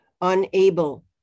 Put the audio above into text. unable